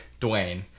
Dwayne